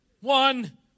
One